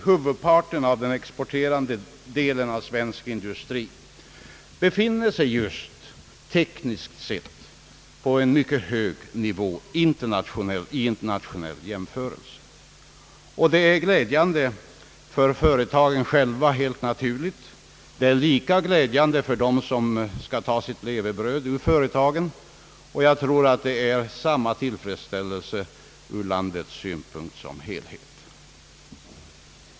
Huvuddelen av den exporterande sektorn av svensk industri befinner sig just tekniskt sett på en mycket hög nivå vid internationell jämförelse. Detta är glädjande för företagen själva helt naturligt, men också för dem som skall ta sitt levebröd ur företagen. Jag tror det är samma tillfredsställelse ur landets synpunkt som helhet.